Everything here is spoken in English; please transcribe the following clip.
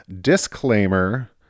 Disclaimer